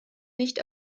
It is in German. nicht